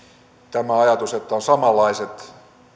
tämä ajatus että on samanlaiset